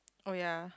oh ya